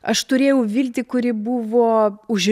aš turėjau viltį kuri buvo už